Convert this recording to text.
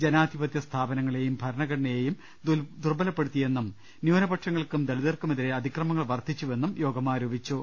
ജനാ ധിപത്യ സ്ഥാപനങ്ങളെയും ഭരണഘടനയെയും ദുർബലപ്പെടുത്തിയെന്നും ന്യൂനപക്ഷങ്ങൾക്കും ദളിതർക്കുമെതിരെ അതിക്രമങ്ങൾ വർദ്ധിച്ചുവെന്നും യോഗം ആരോപിച്ചു